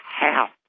half